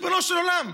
ריבונו של עולם,